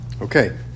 okay